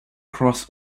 cross